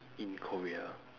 in korea